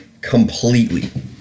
completely